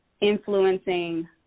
influencing